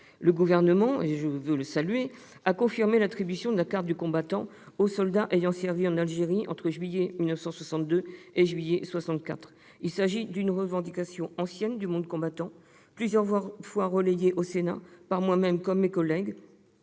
le Gouvernement ait confirmé l'attribution de la carte du combattant aux soldats ayant servi en Algérie entre juillet 1962 et juillet 1964. Il s'agit d'une revendication ancienne du monde combattant, plusieurs fois relayée au Sénat, par moi-même comme par mes collègues,